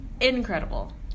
incredible